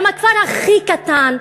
עם הכפר הכי קטן,